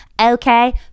Okay